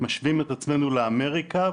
משווים את עצמנו לאמריקה,